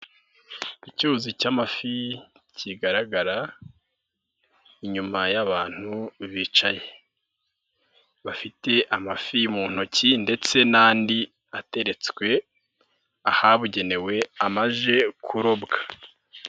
Icyuzi cy'amafi kigaragara inyuma y'abantu bicaye bafite amafi mu ntoki ndetse n'andi ateretswe ahabugenewe amajije kurobwa.